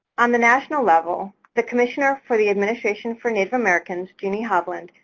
on the national level the commissioner for the administration for native americans, jeannie hovland,